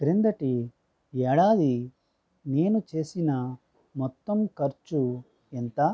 క్రిందటి ఏడాది నేను చేసిన మొత్తం ఖర్చు ఎంత